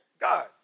God